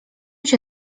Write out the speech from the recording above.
się